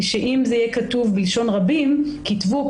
שאם זה יהיה כתוב בלשון רבים "כתבו",